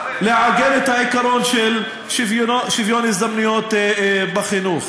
לעגן את העיקרון של שוויון הזדמנויות בחינוך.